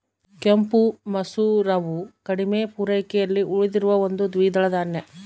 ಕೆಂಪು ಮಸೂರವು ಕಡಿಮೆ ಪೂರೈಕೆಯಲ್ಲಿ ಉಳಿದಿರುವ ಒಂದು ದ್ವಿದಳ ಧಾನ್ಯ